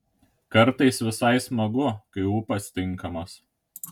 kartais visai smagu kai ūpas tinkamas